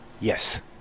yes